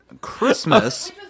Christmas